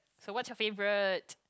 so what's your favorite